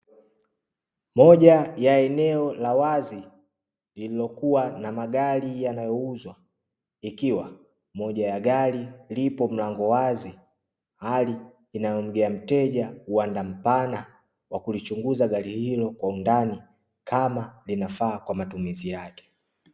Moja ya eneo la wazi lililokuwa na magari yanayouzwa, ikiwa moja ya gari lipo mlango wazi; hali inayomgea mteja uwanda mpana wa kulichunguza gari hilo kwa undani, kama linafaa kwa matumizi yake.